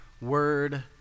word